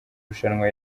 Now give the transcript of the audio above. rushanwa